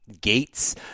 gates